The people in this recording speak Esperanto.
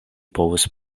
povus